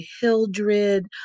Hildred